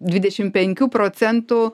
dvidešim penkių procentų